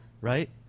Right